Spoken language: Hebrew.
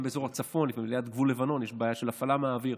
גם באזור הצפון ליד גבול לבנון יש בעיה של הפעלה מהאוויר.